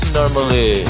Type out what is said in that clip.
normally